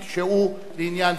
תשעה בעד ההסתייגות,